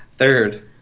Third